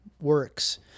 works